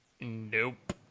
Nope